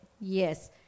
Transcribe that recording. yes